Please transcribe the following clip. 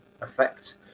effect